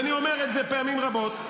ואני אומר את זה פעמים רבות,